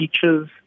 teachers